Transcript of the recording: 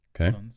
Okay